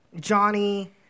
Johnny